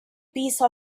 piece